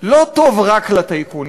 לא טוב רק לטייקונים,